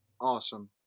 Awesome